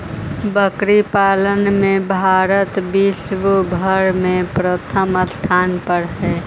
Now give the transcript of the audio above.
बकरी पालन में भारत विश्व भर में प्रथम स्थान पर हई